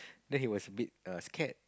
then he was a bit err scared